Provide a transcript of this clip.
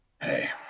Hey